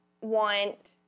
want